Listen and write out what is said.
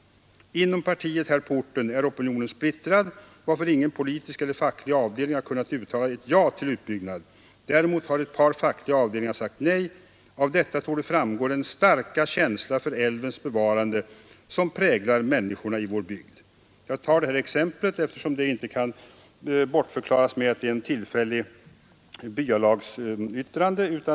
Inom partiet här på orten är opinionen splittrad, varför ingen politisk eller facklig avd. har kunnat uttala ett ja till utbyggnad. Däremot har ett par fackliga avd. sagt nej. Av detta torde framgå den starka känsla för älvens bevarande som präglar människorna i vår bygd.” Jag tar det här exemplet, eftersom det inte kan bortförklaras som ett tillfälligt byalagsyttrande.